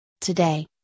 Today